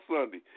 Sunday